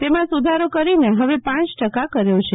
તેમાં સુધારો કરીને હવે પાંચ ટકા કર્યો છે